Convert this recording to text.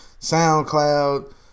SoundCloud